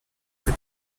the